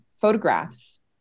photographs